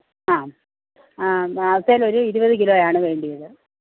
ആ അവത്തേലൊരു ഇരുപത് കിലോയാണ് വേണ്ടിയത്